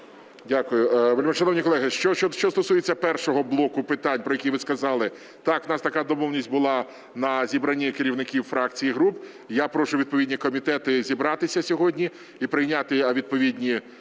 Дякую. Вельмишановні колеги, що стосується першого блоку питань, про які ви сказали, так, в нас така домовленість була на зібранні керівників фракцій і груп. Я прошу відповідні комітети зібратися сьогодні і прийняти відповідні рішення.